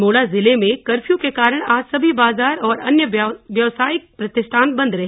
अल्मोड़ा जिले में कर्फ्यू के कारण आज सभी बाजार और अन्य व्यावसायिक प्रतिष्ठान बंद रहे